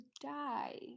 die